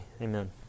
Amen